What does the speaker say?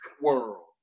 world